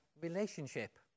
relationship